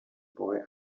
boy